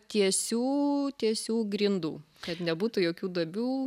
tiesių tiesių grindų kad nebūtų jokių duobių